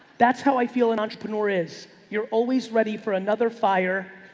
that's how i feel an entrepreneur is you're always ready for another fire,